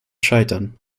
scheitern